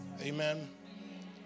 Amen